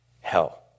Hell